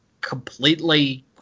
completely